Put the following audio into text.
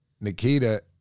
Nikita